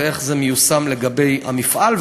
ואיך זה מיושם לגבי המפעל,